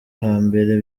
hambere